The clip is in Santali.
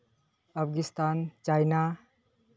ᱟᱯᱷᱜᱟᱱᱤᱥᱛᱷᱟᱱ ᱪᱟᱭᱱᱟ